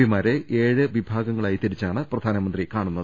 പിമാരെ ഏഴ് വിഭാഗങ്ങളായി തിരിച്ചാണ് പ്രധാ നമന്ത്രി കാണുന്നത്